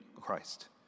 christ